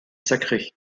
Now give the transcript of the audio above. sacré